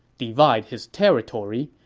divide his territory,